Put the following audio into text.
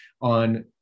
on